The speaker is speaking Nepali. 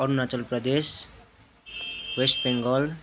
अरुणाचल प्रदेश वेस्ट बेङ्गोल